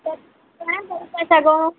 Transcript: सघो